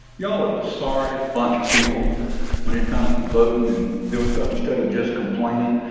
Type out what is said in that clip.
y'all are the sorriest bunch of people when it comes to voting and doing stuff instead of just complaining.